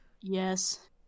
Yes